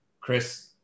Chris